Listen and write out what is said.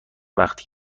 وقت